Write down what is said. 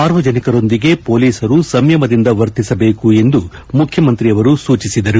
ಸಾರ್ವಜನಿಕರೊಂದಿಗೆ ಪೊಲೀಸರು ಸಂಯಮದಿಂದ ವರ್ತಿಸಬೇಕು ಎಂದು ಮುಖ್ಯಮಂತ್ರಿಯವರು ಸೂಚಿಸಿದರು